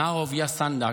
הנער אהוביה סנדק,